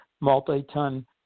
multi-ton